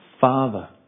Father